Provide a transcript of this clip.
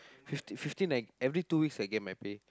fifteen fifteen I every two weeks I get my pay